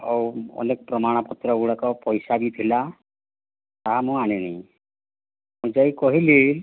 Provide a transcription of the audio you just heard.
ଆଉ ଅନେକ ପ୍ରମାଣପତ୍ରଗୁଡ଼ାକ ପଇସା ବି ଥିଲା ତାହା ମୁଁ ଆଣିନି ମୁଁ ଯାଇ କହିଲି